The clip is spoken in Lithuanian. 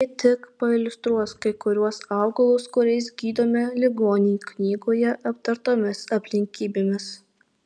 ji tik pailiustruos kai kuriuos augalus kuriais gydomi ligoniai knygoje aptartomis aplinkybėmis